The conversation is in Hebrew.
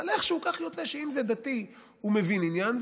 אבל איכשהו כך יוצא שאם זה דתי הוא מבין עניין,